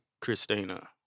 Christina